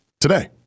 today